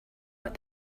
what